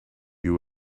you